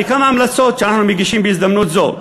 לכמה המלצות שאנחנו מגישים בהזדמנות זו: